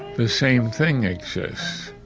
the same thing exists,